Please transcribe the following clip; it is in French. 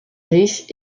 riche